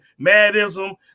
Madism